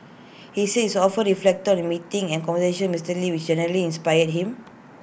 he says often reflected on the meetings and conversations Mister lee which greatly inspired him